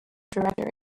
director